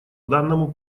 данному